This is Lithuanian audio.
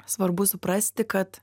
svarbu suprasti kad